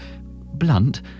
blunt